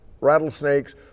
rattlesnakes